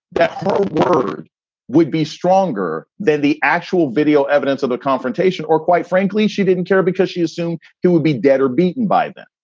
that word would be stronger than the actual video evidence of the confrontation, or quite frankly, she didn't care because she assumed it would be dead or beaten by them.